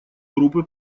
группы